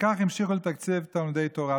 וכך המשיכו לתקצב תלמודי התורה.